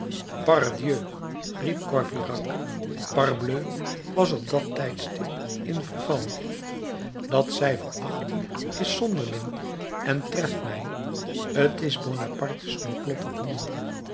riep courfeyrac parbleu was op dat tijdstip in verval dat zij verachting is zonderling en treft mij t is bonapartes